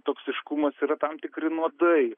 toksiškumas yra tam tikri nuodai